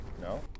No